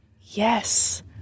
Yes